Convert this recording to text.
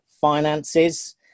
finances